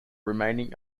remaining